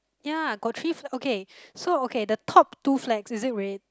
ya got three fl~ okay so okay the top two flags is it red